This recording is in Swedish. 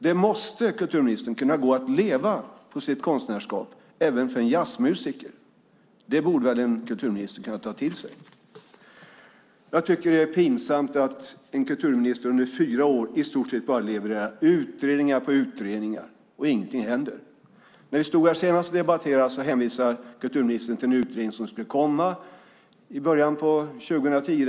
Det måste, kulturministern, kunna gå att leva på sitt konstnärskap även för en jazzmusiker. Det borde väl en kulturminister kunna ta till sig? Jag tycker att det är pinsamt att en kulturminister under fyra år i stort sett bara levererar utredning på utredning och ingenting händer. När vi stod här senast och debatterade hänvisade kulturministern till en utredning som skulle komma i början av 2010.